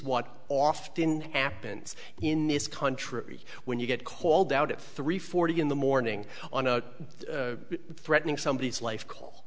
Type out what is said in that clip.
what often happens in this country when you get called out at three forty in the morning on a threatening somebodies life